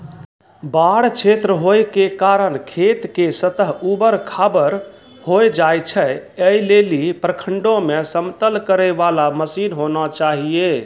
बाढ़ क्षेत्र होय के कारण खेत के सतह ऊबड़ खाबड़ होय जाए छैय, ऐ लेली प्रखंडों मे समतल करे वाला मसीन होना चाहिए?